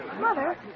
Mother